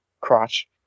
crotch